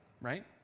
right